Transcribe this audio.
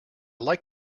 like